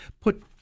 put